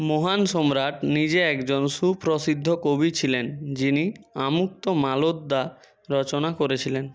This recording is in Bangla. মহান সম্রাট নিজে একজন সুপ্রসিদ্ধ কবি ছিলেন যিনি আমুক্ত মালোদ্যা রচনা করেছিলেন